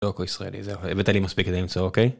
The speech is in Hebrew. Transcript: דוקו ישראלי, הבאת לי מספיק כדי למצוא, אוקיי?